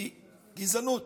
היא גזענות.